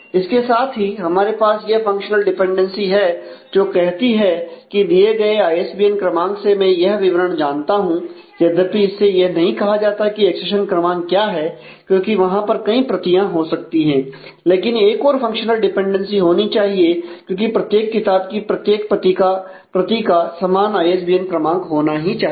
इसके साथ ही हमारे पास यह फंक्शनल डिपेंडेंसी है जो कहती है कि दिए गए आईएसबीएन नंबर से मैं यह विवरण जानता हूं यद्यपि इससे यह नहीं कहा जाता की एक्सेशन क्रमांक क्या है क्योंकि वहां पर कई प्रतियां हो सकती है लेकिन एक और फंक्शनल डिपेंडेंसी होनी चाहिए क्योंकि प्रत्येक किताब की प्रत्येक प्रति का समान आईएसबीएन क्रमांक होना ही चाहिए